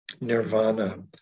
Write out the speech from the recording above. Nirvana